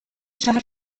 شهر